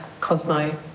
Cosmo